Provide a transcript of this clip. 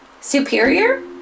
superior